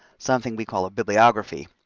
something we call a bibliography,